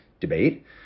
debate